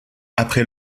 après